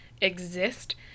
exist